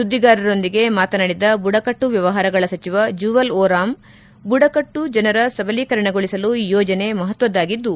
ಸುದ್ದಿಗಾರರೊಂದಿಗೆ ಮಾತನಾಡಿದ ಬುಡಕಟ್ಟು ವ್ಯವಹಾರಗಳ ಸಚಿವ ಜೂವಲ್ ಓ ರಾಮ್ ಬುಡಕಟ್ಲು ಜನರ ಸಬಲೀಕರಣಗೊಳಿಸಲು ಯೋಜನೆ ಮಹತ್ವದಾಗಿದ್ದು